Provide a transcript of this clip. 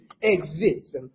exist